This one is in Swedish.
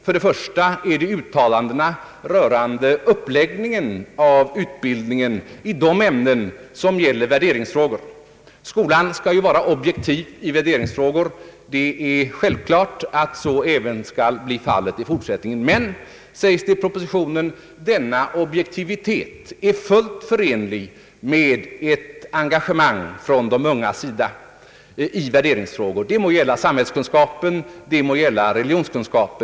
För det första är det fråga om uttalandena rörande uppläggningen i de ämnen som gäller värderingsfrågor. Skolan skall ju vara objektiv i värderingsfrågor. Det är självklart att så också skall bli fallet i fortsättningen. Det sägs emellertid i propositionen, att denna objektivitet är fullt förenlig med ett engagemang från de ungas sida i värderingsfrågor — det må gälla samhällskunskap och det må gälla religionskunskap.